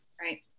Right